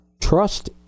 trust